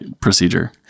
procedure